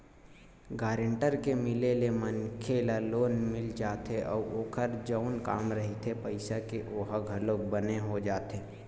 guarantor के मिले ले मनखे ल लोन मिल जाथे अउ ओखर जउन काम रहिथे पइसा के ओहा घलोक बने हो जाथे